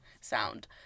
sound